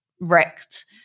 wrecked